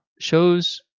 shows